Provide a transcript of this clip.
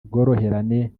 ubworoherane